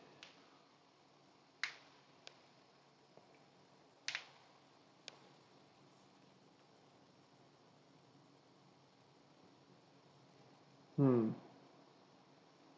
mm